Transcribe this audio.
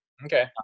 Okay